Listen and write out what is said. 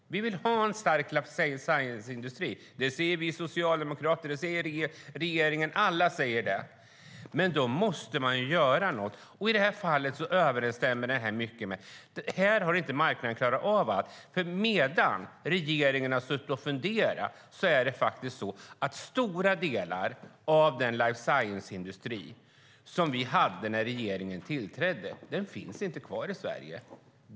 Vi vill ha en stark life science-industri. Det säger vi socialdemokrater. Det säger regeringen. Alla säger det. Men då måste man göra något. I det här fallet har marknaden inte klarat av detta. Medan regeringen har suttit och funderat har stora delar av den life science-industri som vi hade när regeringen tillträdde försvunnit från Sverige.